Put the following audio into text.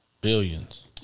Billions